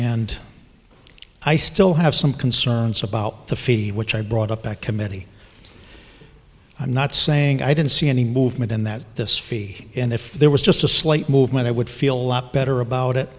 and i still have some concerns about the fee which i brought up at committee i'm not saying i didn't see any movement in that this fee and if there was just a slight movement i would feel better about it